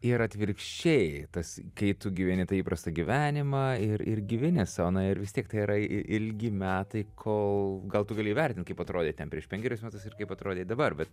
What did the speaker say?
ir atvirkščiai tas kai tu gyveni tą įprastą gyvenimą ir ir gyveni sau na ir vis tiek tai yra ilgi metai kol gal tu gali įvertint kaip atrodei ten prieš penkerius metus ir kaip atrodai dabar bet